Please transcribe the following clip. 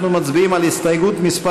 אנחנו מצביעים על הסתייגות מס'